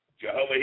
Jehovah